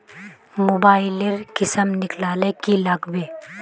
Mobile लेर किसम निकलाले की लागबे?